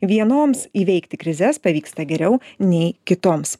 vienoms įveikti krizes pavyksta geriau nei kitoms